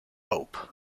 hope